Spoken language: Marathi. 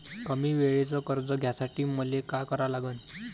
कमी वेळेचं कर्ज घ्यासाठी मले का करा लागन?